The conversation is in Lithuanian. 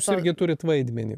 jūs irgi turit vaidmenį